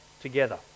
together